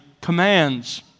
commands